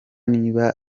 niba